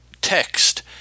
text